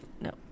No